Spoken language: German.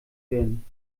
werden